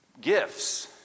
gifts